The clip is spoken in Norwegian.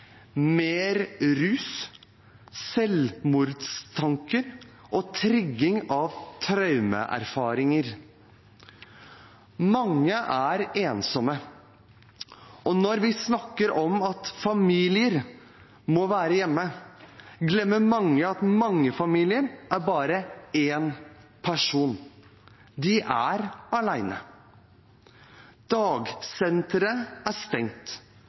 mer rus, selvmordstanker og trigging av traumeerfaringer. Mange er ensomme, og når vi snakker om at familier må være hjemme, glemmer mange at mange familier er bare én person. De er alene. Dagsentre er stengt,